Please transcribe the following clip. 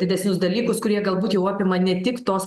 didesnius dalykus kurie galbūt jau apima ne tik tos